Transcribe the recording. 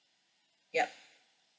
yup